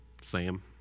Sam